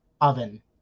oven